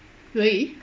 really